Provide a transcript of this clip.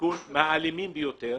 ארגון אלים ביותר,